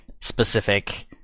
specific